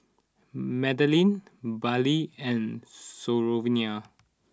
Madaline Baylie and Sophronia